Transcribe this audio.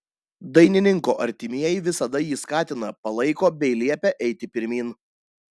dainininko artimieji visada jį skatina palaiko bei liepia eiti pirmyn